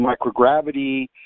microgravity